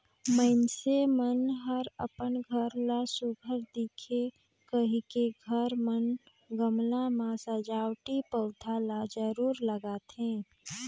मइनसे मन हर अपन घर ला सुग्घर दिखे कहिके घर म गमला में सजावटी पउधा ल जरूर लगाथे